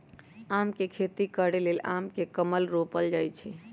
आम के खेती करे लेल आम के कलम रोपल जाइ छइ